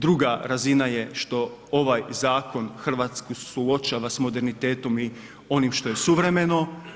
Druga razina je što ovaj zakon Hrvatsku suočava sa modernitetom i onim što je suvremeno.